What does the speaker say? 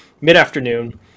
mid-afternoon